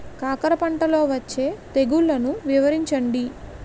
కాకర పంటలో వచ్చే తెగుళ్లను వివరించండి?